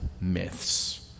myths